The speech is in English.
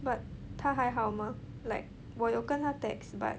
but 她还好吗 like 我有跟她 text but